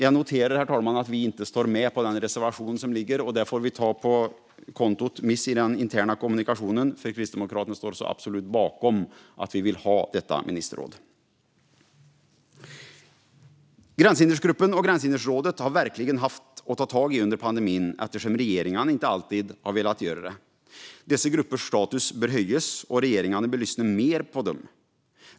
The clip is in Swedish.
Jag noterar, herr talman, att vi inte står med på den reservation som finns. Det får vi ta på kontot som handlar om miss i den interna kommunikationen, för Kristdemokraterna står absolut bakom detta. Vi vill ha detta ministerråd. Gränshindergruppen och Gränshinderrådet har verkligen haft att ta tag i under pandemin, eftersom regeringarna inte alltid har velat göra det. Dessa gruppers status bör höjas, och regeringarna bör lyssna mer på dem.